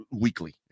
weekly